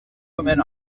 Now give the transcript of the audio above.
women